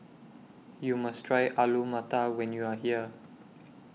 YOU must Try Alu Matar when YOU Are here